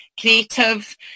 creative